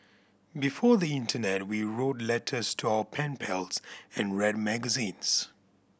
before the internet we wrote letters to our pen pals and read magazines